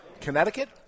Connecticut